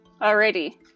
Alrighty